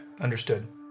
understood